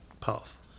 path